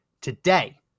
today